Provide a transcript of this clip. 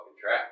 track